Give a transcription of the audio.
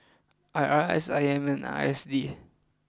I R S I M and I S D